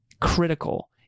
critical